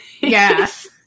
Yes